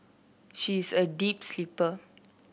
she is a deep sleeper